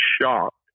shocked